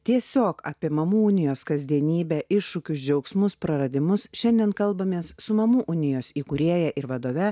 tiesiog apie mamų unijos kasdienybę iššūkius džiaugsmus praradimus šiandien kalbamės su mamų unijos įkūrėja ir vadove